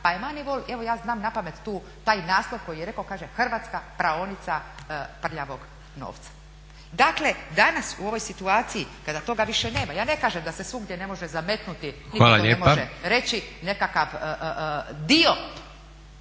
pa je …, evo ja znam napamet taj naslov koji je rekao, kaže Hrvatska praonica prljavog novca. Dakle danas u ovoj situaciji kada toga više nema, ja ne kažem da se svugdje ne može zametnuti, nitko ne može reći, nekakav dio